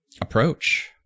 approach